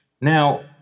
Now